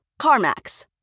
CarMax